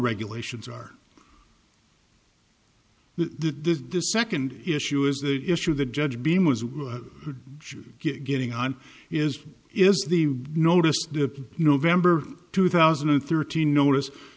regulations are the second issue is the issue the judge being was getting on is is the notice the november two thousand and thirteen notice